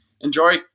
enjoy